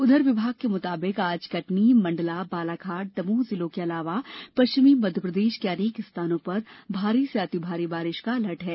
उधर विभाग के मुताबिक आज कटनी मंडला बालाघाट दमोह जिलों के अलावा पश्चिमी मध्यप्रदेश के अनेक स्थानों पर भारी से अति भारी बारिश का अलर्ट है